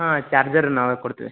ಹಾಂ ಚಾರ್ಜರ್ ನಾವೇ ಕೊಡ್ತೀವಿ